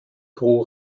crew